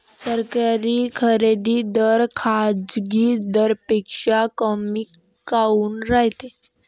सरकारी खरेदी दर खाजगी दरापेक्षा कमी काऊन रायते?